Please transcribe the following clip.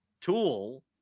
tool